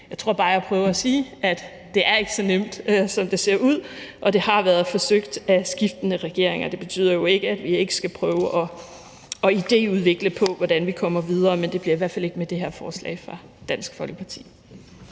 Jeg tror bare, jeg prøver at sige, at det ikke er så nemt, som det ser ud, og det har været forsøgt af skiftende regeringer. Det betyder jo ikke, at vi ikke skal prøve at idéudvikle på, hvordan vi kommer videre, men det bliver i hvert fald ikke med det her forslag fra Dansk Folkeparti.